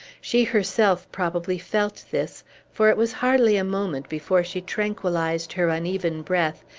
she herself probably felt this for it was hardly a moment before she tranquillized her uneven breath,